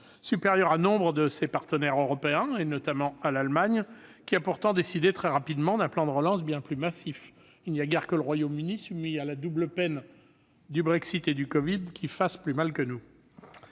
supérieure à celle de nombre de ses partenaires européens, notamment de l'Allemagne qui a pourtant décidé très rapidement d'un plan de relance bien plus massif. Il n'y a guère que le Royaume-Uni, soumis à la double peine du Brexit et du covid, qui fasse plus mal que nous